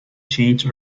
changed